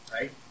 right